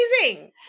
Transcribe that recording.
amazing